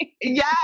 yes